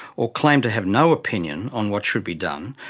or claimed to have no opinion on what should be done,